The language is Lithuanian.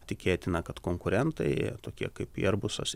tikėtina kad konkurentai tokie kaip eirbusas